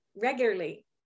regularly